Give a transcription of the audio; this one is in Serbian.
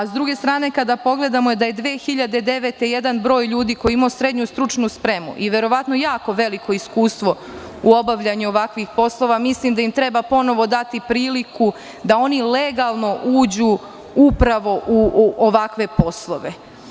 S druge strane, kada pogledamo da je 2009. jedan broj ljudi koji je imao srednju stručnu spremu i verovatno jako veliko iskustvo u obavljanju ovakvih poslova, mislim da im treba ponovo dati priliku da oni legalno uđu upravo u ovakve poslove.